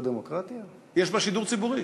יש בה שידור ציבורי,